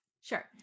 sure